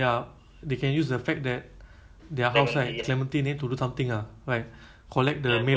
but the the tenant kan you know the eh now they change tenant right that time